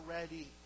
ready